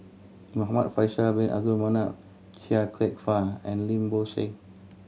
Muhamad Faisal Bin Abdul Manap Chia Kwek Fah and Lim Bo Seng